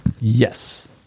yes